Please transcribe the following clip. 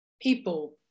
people